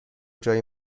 جایی